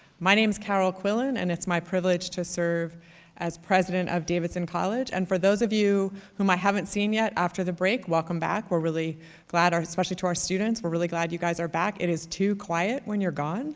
my name is carol quillen, and it's my privilege to serve as president of davidson college and for those of you whom i haven't seen yet, after the break, welcome back. we're really glad, especially to our students, we're really glad you guys are back. it is too quiet when you're gone